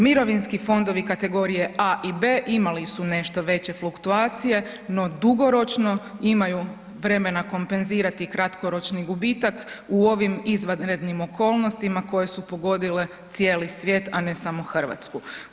Mirovinski fondovi kategorije A i B imali su nešto veće fluktuacije, no dugoročno imaju vremena kompenzirati kratkoročni gubitak u ovim izvanrednim okolnostima koje su pogodile cijeli svijet, a ne samo RH.